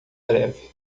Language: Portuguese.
breve